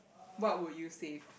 what would you save